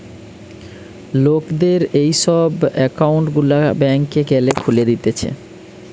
লোকদের এই সব একউন্ট গুলা ব্যাংকে গ্যালে খুলে দিতেছে